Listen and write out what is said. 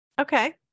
Okay